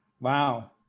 Wow